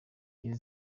iri